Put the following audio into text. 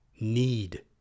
need